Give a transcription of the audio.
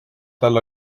tal